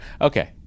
Okay